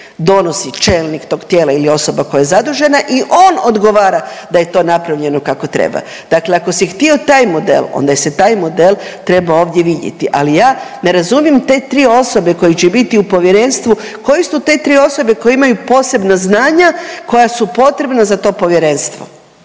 donosi čelnik tog tijela ili osoba koja je zadužena i on odgovora da je to napravljeno kako treba. Dakle ako si htio taj model onda se taj model treba ovdje vidjeti, ali ja ne razumijem te tri osobe koje će biti u povjerenstvu, koje su te tri osobe koje imaju posebna znanja koja su potrebna za to povjerenstvo?